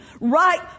right